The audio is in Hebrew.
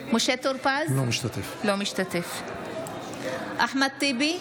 טור פז, אינו משתתף בהצבעה אחמד טיבי,